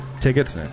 tickets